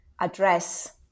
address